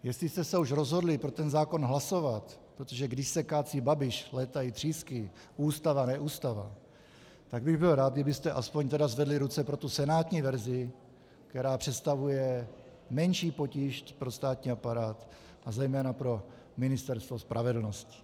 Jestli jste se už rozhodli pro ten zákon hlasovat, protože když se kácí Babiš, létají třísky, ústava neústava, tak bych byl rád, kdybyste aspoň zvedli ruce pro tu senátní verzi, která představuje menší potíž pro státní aparát a zejména pro Ministerstvo spravedlnosti.